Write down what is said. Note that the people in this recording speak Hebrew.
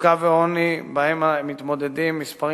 מצוקה ועוני שעמם מתמודדים מספרים